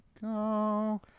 go